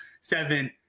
seven